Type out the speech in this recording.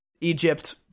Egypt-